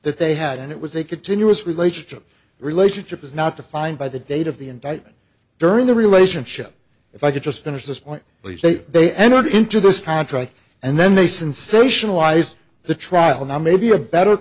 that they had and it was a continuous relationship relationship is not defined by the date of the indictment during the relationship if i could just finish this point they entered into this contract and then they sensationalize the trial now maybe a better